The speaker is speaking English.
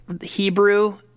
Hebrew